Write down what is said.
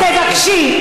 תבקשי.